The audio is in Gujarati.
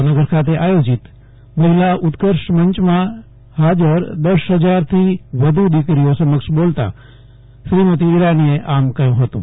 ભાવનગર ખાતે આયોજીત મહિલા ઉત્કર્ષમંચમાં હાજર દશ હજારથી વધુ દિકરીઓ સમક્ષ બોલતા શ્રીમતી ઈરાનીએ આમ કહ્યું હતું